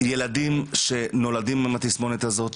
ילדים שנולדים עם התסמונת הזאת,